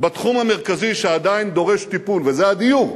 בתחום המרכזי שעדיין דורש טיפול, וזה הדיור,